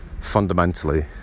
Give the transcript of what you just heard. fundamentally